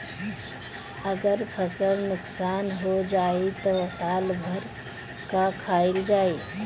अगर फसल नुकसान हो जाई त साल भर का खाईल जाई